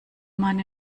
man